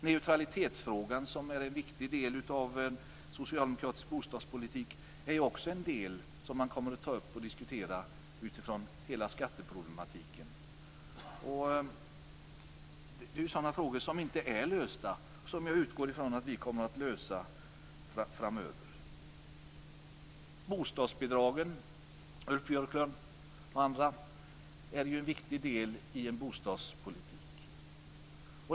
Neutralitetsfrågan, som är en viktig del av den socialdemokratiska bostadspolitiken, är också ett område som man kommer att ta upp och diskutera utifrån hela skatteproblematiken. Det är sådana frågor som inte är lösta men som jag utgår från att vi framöver kommer att lösa. Bostadsbidragen, Ulf Björklund och andra, utgör en viktig del av en bostadspolitik.